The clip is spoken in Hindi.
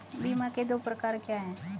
बीमा के दो प्रकार क्या हैं?